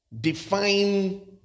define